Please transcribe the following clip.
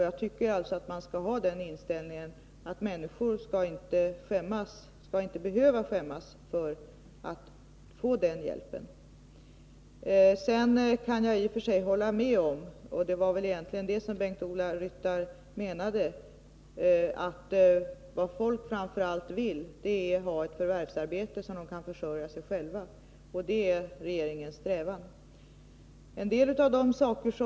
Jag tycker alltså att man skall ha den inställningen att människor inte skall behöva skämmas för att få den hjälpen. Sedan kan jag i och för sig hålla med om — och det var väl egentligen det som Bengt-Ola Ryttar menade — att folk framför allt vill ha ett förvärvsarbete som de kan försörja sig själva på. Det är också regeringens strävan att tillgodose detta önskemål.